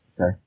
Okay